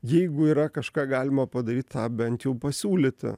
jeigu yra kažką galima padaryt tą bent jau pasiūlyti